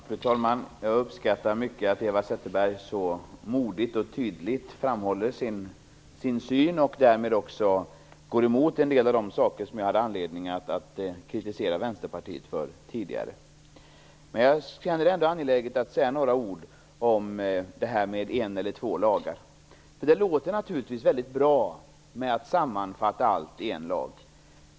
Fru talman! Jag uppskattar mycket att Eva Zetterberg så modigt och tydligt framhåller sin syn och därmed också går emot en del av de saker som jag hade anledning att kritisera Vänsterpartiet för tidigare. Men jag känner det ändå angeläget att säga några ord om frågan om en eller två lagar. Det låter naturligtvis väldigt bra att sammanfatta allt i en lag.